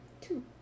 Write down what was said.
Two